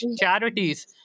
charities